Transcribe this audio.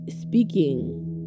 speaking